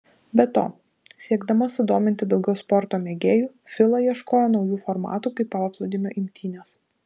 be to siekdama sudominti daugiau sporto mėgėjų fila ieškojo naujų formatų kaip paplūdimio imtynės